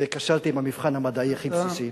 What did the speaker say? כשלתי במבחן המדעי הכי בסיסי.